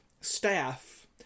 Staff